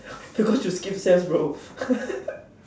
because you skip sems bro